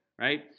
right